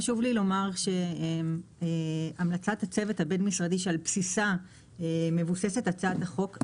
חשוב לי לומר שהמלצת הצוות הבין-משרדי שעל בסיסה מבוססת הצעת החוק,